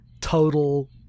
total